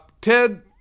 Ted